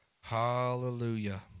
Hallelujah